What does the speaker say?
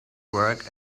work